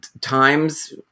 times